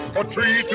a tree